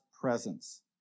presence